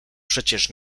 przecież